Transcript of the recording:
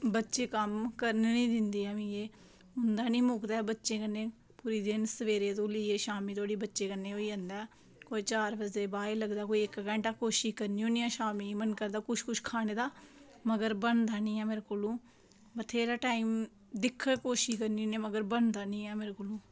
बच्चे कम्म करन निं दिंदे हैन मिगी एह् उंदा निं मुक्कदा ऐ बच्चें कन्नै पूरे दिन सबेरे तों लेइयै शामीं धोड़ी बच्चें कन्नै होई जंदा ऐ कोई चार बजे दे बाद लगदा कोई इक्क घैंटा कोशिश करनी होनी आं की शामीं मन करदा कुछ कुछ खाने दा मगर बनदा निं ऐ मेरे कोला बथ्हेरा टाईम कोशिश करनी होनी आं पर बनदा निं ऐ मेरे कोला